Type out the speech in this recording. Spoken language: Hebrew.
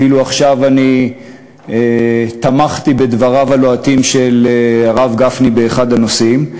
אפילו תמכתי עכשיו בדבריו הלוהטים של הרב גפני באחד הנושאים.